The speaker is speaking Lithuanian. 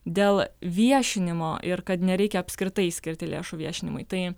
dėl viešinimo ir kad nereikia apskritai skirti lėšų viešinimui tai